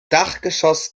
dachgeschoss